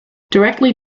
directly